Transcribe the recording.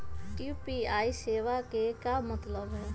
UPI सेवा के का मतलब है?